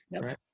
Right